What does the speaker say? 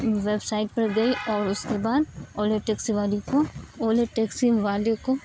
web site پر گئی اور اس کے بعد اولا ٹیکسی والی کو اولا ٹیکسی والے کو